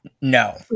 no